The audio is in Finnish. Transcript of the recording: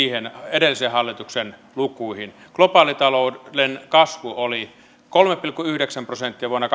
edellisen hallituksen lukuihin globaalitalouden kasvu oli kolme pilkku yhdeksän prosenttia vuonna